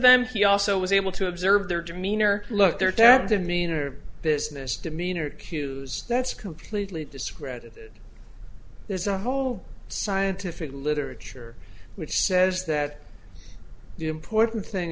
them he also was able to observe their demeanor look their dad demeanor business demeanor cues that's completely discredited there's a whole scientific literature which says that the important thing